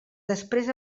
després